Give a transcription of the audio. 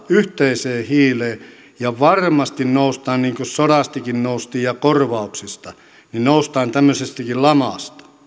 yhteiseen hiileen ja varmasti noustaan niin kuin sodastakin noustiin ja korvauksista tämmöisestäkin lamasta